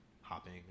hopping